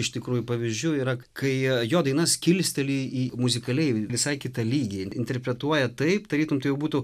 iš tikrųjų pavyzdžių yra kai jo dainas kilsteli į muzikaliai visai kitą lygį interpretuoja taip tarytum tai būtų